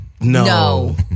No